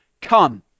come